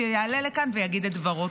שיעלה לכאן ויגיד את דברו.